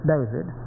David